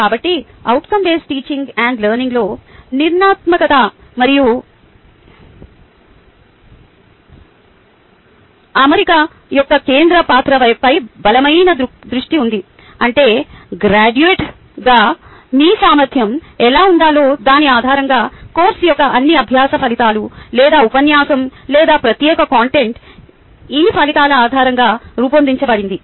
కాబట్టి outcome based teaching and లెర్నింగ్లో నిర్మాణాత్మక అమరిక యొక్క కేంద్ర పాత్రపై బలమైన దృష్టి ఉంది అంటే గ్రాడ్యుయేట్గా మీ సామర్థ్యం ఎలా ఉండాలో దాని ఆధారంగా కోర్సు యొక్క అన్ని అభ్యాస ఫలితాలు లేదా ఉపన్యాసం లేదా ప్రత్యేక కంటెంట్ ఈ ఫలితాల ఆధారంగా రూపొందించబడింది